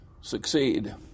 succeed